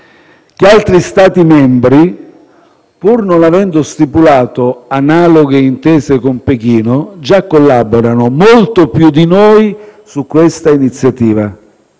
che altri Stati membri, pur non avendo stipulato analoghe intese con Pechino, già collaborano, molto più di noi, su questa iniziativa.